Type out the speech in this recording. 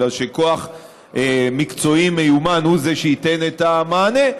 אלא שכוח מקצועי מיומן הוא זה שייתן את המענה,